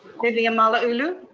vivian malauulu?